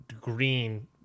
green